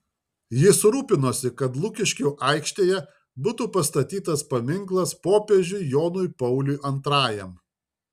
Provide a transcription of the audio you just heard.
jis rūpinosi kad lukiškių aikštėje būtų pastatytas paminklas popiežiui jonui pauliui antrajam